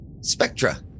Spectra